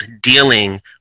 dealing